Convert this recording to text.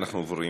אנחנו עוברים